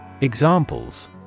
Examples